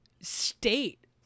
state